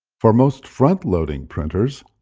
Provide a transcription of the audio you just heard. for most front-loading printers,